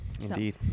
indeed